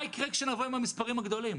מה יקרה כשנבוא עם המספרים הגדולים?